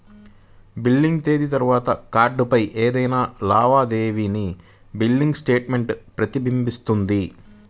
billing తేదీ తర్వాత కార్డ్పై ఏదైనా లావాదేవీ బిల్లింగ్ స్టేట్మెంట్ ప్రతిబింబిస్తుంది